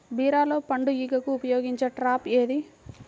బీరలో పండు ఈగకు ఉపయోగించే ట్రాప్ ఏది?